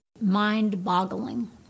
mind-boggling